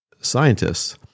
scientists